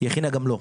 היא הכינה גם לו,